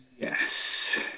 Yes